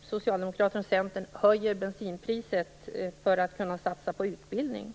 Socialdemokraterna och Centern höjer bensinpriset för att kunna satsa på utbildning.